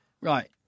Right